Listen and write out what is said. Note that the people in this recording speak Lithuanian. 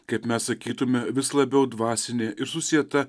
kaip mes sakytume vis labiau dvasinė ir susieta